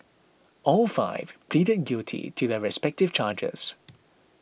all five pleaded guilty to their respective charges